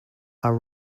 are